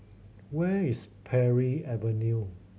where is Parry Avenue